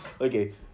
Okay